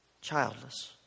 childless